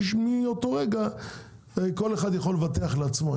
מאותו רגע כל אחד יכול לבטח לעצמו,